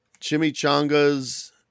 Chimichanga's